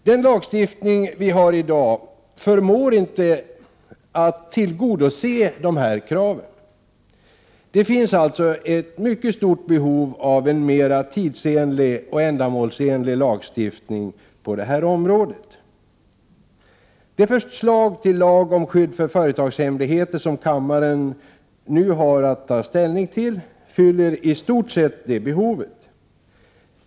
Den lagstiftning som vi har i dag förmår inte att tillgodose de här kraven.. Det finns alltså ett mycket stort behov av en mera tidsenlig och ändamålsenlig lagstiftning på det här området. Det förslag till lag om skydd för företagshemligheter som kammaren nu har att ta ställning till fyller i stort sett det behovet.